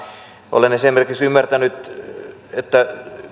olen esimerkiksi ymmärtänyt